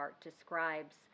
describes